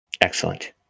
Excellent